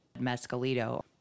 mescalito